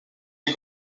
les